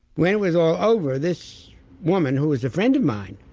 when it was all over this woman who was a friend of mine